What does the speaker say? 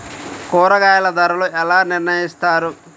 కూరగాయల ధరలు ఎలా నిర్ణయిస్తారు?